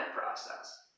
process